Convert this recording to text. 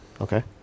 Okay